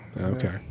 Okay